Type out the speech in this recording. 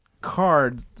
card